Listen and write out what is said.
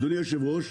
אדוני היו"ר,